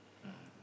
mm